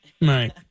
Right